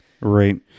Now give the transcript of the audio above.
Right